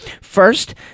First